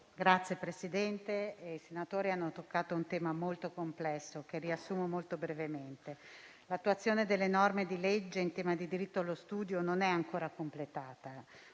Signor Presidente, i senatori hanno toccato un tema molto complesso, che riassumo molto brevemente. L'attuazione delle norme di legge in tema di diritto allo studio non è ancora completata.